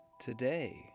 today